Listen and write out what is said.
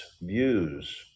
views